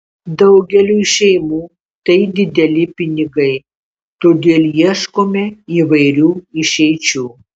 daugeliui šeimų tai dideli pinigai todėl ieškome įvairių išeičių